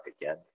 again